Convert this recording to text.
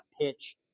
pitch